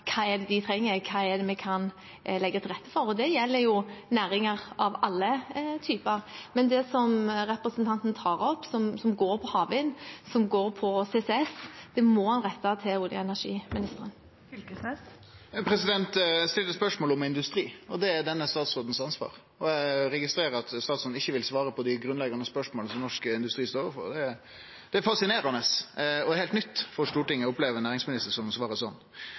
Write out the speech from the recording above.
hva de trenger, hva vi kan legge til rette for. Det gjelder næringer av alle typer. Men det som representanten tar opp som går på havvind, som går på CCS, må rettes til olje- og energiministeren. Det blir oppfølgingsspørsmål – først Torgeir Knag Fylkesnes. Eg stiller eit spørsmål om industri, og det er ansvaret til denne statsråden. Eg registrerer at statsråden ikkje vil svare på grunnleggjande spørsmål som norsk industri står overfor. Det er fascinerande og noko heilt nytt for Stortinget å oppleve ein næringsminister som